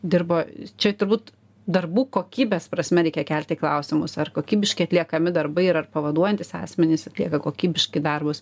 dirba čia turbūt darbų kokybės prasme reikia kelti klausimus ar kokybiškai atliekami darbai ir ar pavaduojantys asmenys atlieka kokybiškai darbus